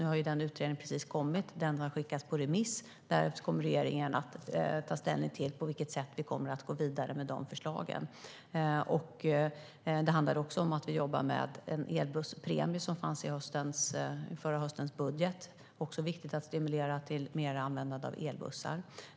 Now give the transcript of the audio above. Nu har utredningen precis kommit och har skickats på remiss. Därefter kommer regeringen att ta ställning till på vilket sätt vi kommer att gå vidare med förslagen. Vi jobbar också med en elbusspremie, som fanns i förra höstens budget. Det är viktigt att stimulera till mer användande av elbussar.